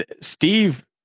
Steve